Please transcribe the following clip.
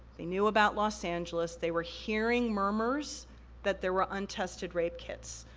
they knew about los angeles, they were hearing murmurs that there were untested rape kits.